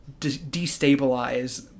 destabilize